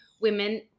women